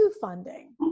funding